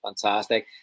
Fantastic